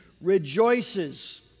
rejoices